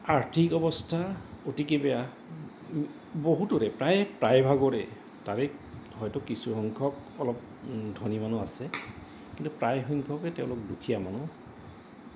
আৰ্থিক অৱস্থা অতিকে বেয়া বহুতৰে প্ৰায়ে প্ৰায়ভাগৰে তাৰে হয়তো কিছু সংখ্যক অলপ ধনী মানুহ আছে কিন্তু প্ৰায় সংখ্যকে তেওঁলোক দুখীয়া মানুহ